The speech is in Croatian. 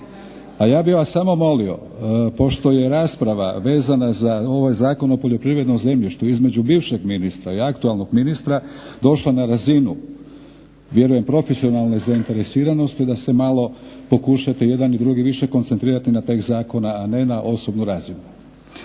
A ja bih vas samo molio, pošto je rasprava vezana za ovaj Zakon o poljoprivrednom zemljištu između bivšeg ministra i aktualnog ministra došla na razinu, vjerujem profesionalne zainteresiranosti da se malo pokušate jedna i drugi više koncentrirati na tekst zakona, a ne na osobnu razinu.